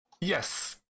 Yes